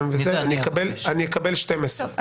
על בן אדם שאיים אבל אני יקבל 12 חודשים.